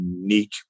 unique